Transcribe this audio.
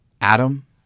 Adam